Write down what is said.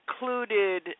included